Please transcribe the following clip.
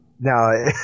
Now